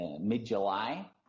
mid-July